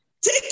Take